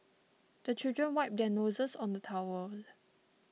the children wipe their noses on the towel